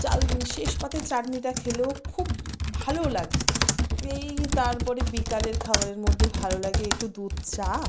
চাল শেষ পাতে চাটনিটা খেলেও খুব ভালো লাগে এই তার পরে বিকালের খাবারের মধ্যে ভালো লাগে একটু দুধ চা